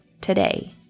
today